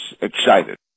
excited